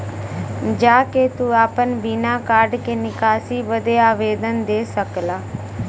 जा के तू आपन बिना कार्ड के निकासी बदे आवेदन दे सकेला